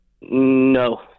No